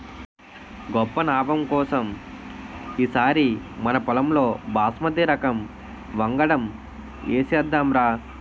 గొప్ప నాబం కోసం ఈ సారి మనపొలంలో బాస్మతి రకం వంగడం ఏసేద్దాంరా